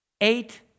Eight